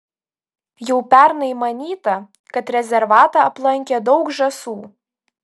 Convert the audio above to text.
jau pernai manyta kad rezervatą aplankė daug žąsų